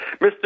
Mr